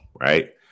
Right